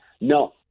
no